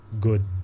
good